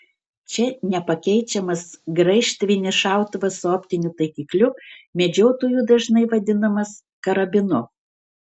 čia nepakeičiamas graižtvinis šautuvas su optiniu taikikliu medžiotojų dažnai vadinamas karabinu